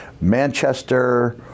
Manchester